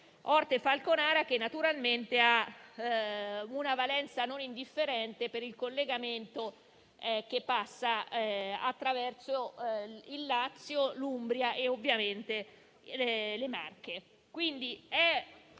Orte-Falconara, che naturalmente ha una valenza non indifferente per il collegamento che passa attraverso il Lazio, l'Umbria e le Marche.